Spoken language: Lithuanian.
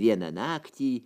vieną naktį